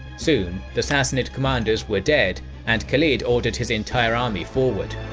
soon, the sassanid commanders were dead and khalid ordered his entire army forward.